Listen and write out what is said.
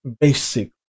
basic